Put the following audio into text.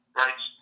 right